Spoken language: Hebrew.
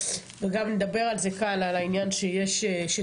וגם נדבר על זה כאן על העניין שכן